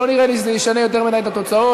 לא נראה לי שזה ישנה יותר מדי את התוצאות.